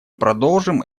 продолжим